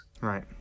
Right